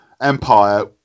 Empire